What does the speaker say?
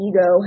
ego